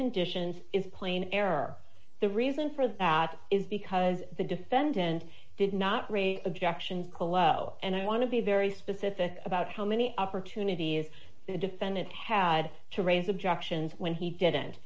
conditions is plain error the reason for that is because the defendant did not raise objections kolo and i want to be very specific about how many opportunities the defendant had to raise objections when he didn't